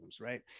right